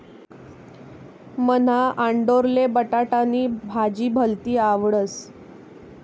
मन्हा आंडोरले बटाटानी भाजी भलती आवडस